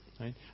right